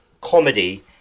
comedy